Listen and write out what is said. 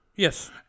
Yes